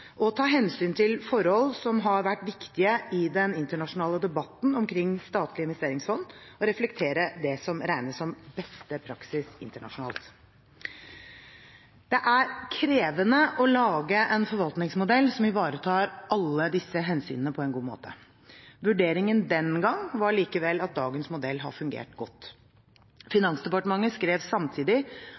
og ta hensyn til forhold som har vært viktige i den internasjonale debatten omkring statlige investeringsfond, og reflektere det som regnes som beste praksis internasjonalt. Det er krevende å lage en forvaltningsmodell som ivaretar alle disse hensynene på en god måte. Vurderingen den gang var likevel at dagens modell har fungert godt. Finansdepartementet skrev samtidig